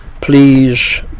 please